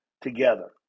together